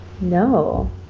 No